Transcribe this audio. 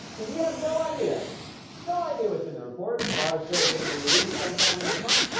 we have no idea no idea what's in the report. barr says it'll be released sometime this month,